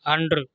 அன்று